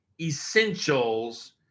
essentials